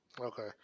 Okay